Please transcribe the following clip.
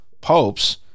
Popes